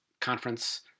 Conference